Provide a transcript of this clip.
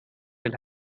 will